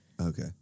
Okay